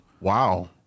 Wow